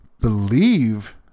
believe